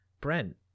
Brent